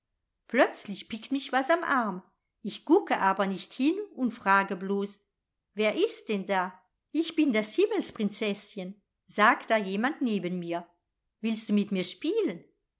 plötzlich pickt mich was am arm ich gucke aber nicht hin und frage blos wer ist denn da ich bin das himmelsprinzeßchen sagt da jemand neben mir willst du mit mir spielen